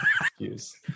excuse